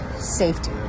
safety